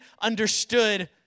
understood